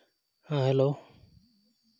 ᱦᱮᱸ ᱦᱮᱞᱳ